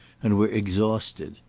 and were exhausted.